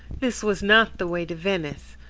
this was not the way to venice,